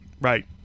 right